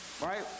right